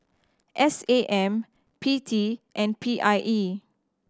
S A M P T and P I E